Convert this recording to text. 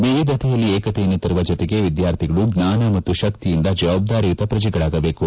ವಿವಿಧತೆಯಲ್ಲಿ ಏಕತೆಯನ್ನು ತರುವ ಜೊತೆಗೆ ವಿದ್ಯಾರ್ಥಿಗಳು ಜ್ವಾನ ಮತ್ತು ಶಕ್ತಿಯಿಂದ ಜವಾಬ್ದಾರಿಯುತ ಪ್ರಜೆಗಳಾಗಬೇಕು